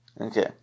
Okay